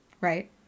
right